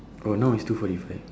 oh now is two forty five